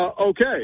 Okay